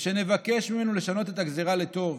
ושנבקש ממנו לשנות את הגזרה לטוב.